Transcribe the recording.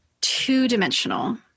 two-dimensional